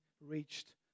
reached